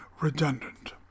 redundant